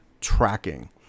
Tracking